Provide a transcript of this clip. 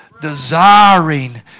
desiring